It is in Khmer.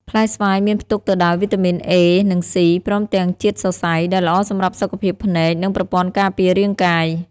ផ្លែស្វាយមានផ្ទុកទៅដោយវីតាមីន A និង C ព្រមទាំងជាតិសរសៃ ដែលល្អសម្រាប់សុខភាពភ្នែក និងប្រព័ន្ធការពាររាងកាយ។